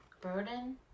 Burden